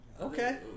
okay